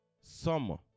summer